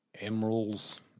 emeralds